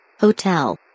Hotel